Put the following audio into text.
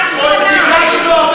מה השתנה?